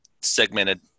segmented